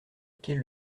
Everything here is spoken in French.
qu’est